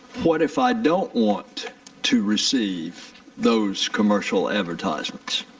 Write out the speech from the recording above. what if i don't want to receive those commercial advertisements?